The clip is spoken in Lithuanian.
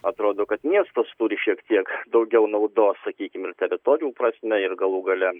atrodo kad miestas turi šiek tiek daugiau naudos sakykim ir teritorijų prasme ir galų gale